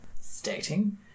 stating